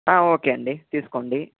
okay అండి తీసుకోండి